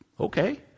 okay